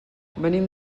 venim